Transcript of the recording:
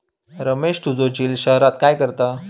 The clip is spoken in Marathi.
रमेश तुझो झिल शहरात काय करता?